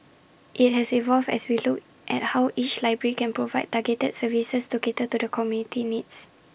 IT has evolved as we look at how each library can provide targeted services to cater to the community's needs